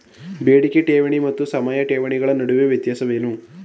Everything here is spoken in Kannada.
ಬೇಡಿಕೆ ಠೇವಣಿ ಮತ್ತು ಸಮಯ ಠೇವಣಿಗಳ ನಡುವಿನ ವ್ಯತ್ಯಾಸವೇನು?